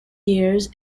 years